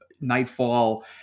nightfall